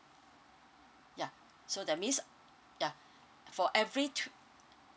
ya so that means ya for every